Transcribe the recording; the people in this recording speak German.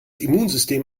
immunsystem